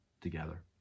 together